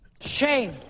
Shame